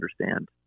understand